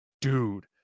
dude